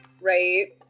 right